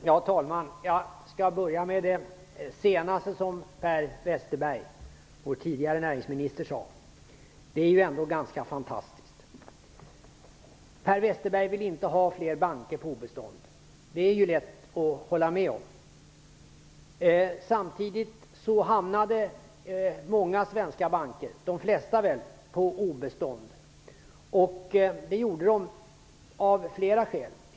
Herr talman! Jag skall börja med det sista som Per Westerberg, vår tidigare näringsminister, sade. Det är ju ändå ganska fantastiskt! Per Westerberg vill inte ha fler banker på obestånd. Det är lätt att hålla med om. Många svenska banker hamnade på obestånd, och de gjorde det av flera skäl.